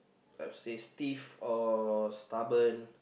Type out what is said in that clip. I would say stiff or stubborn